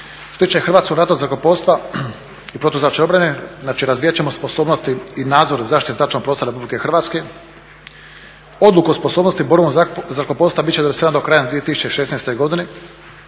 Što se tiče Hrvatskog ratnog zrakoplovstva i protuzračne obrane, znači razvijat ćemo sposobnosti i nadzor zaštite zračnog prostora RH. Odluka o sposobnosti … zrakoplovstva bit će dostavljena do kraja 2016. godine.